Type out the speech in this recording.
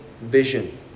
vision